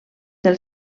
del